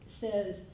says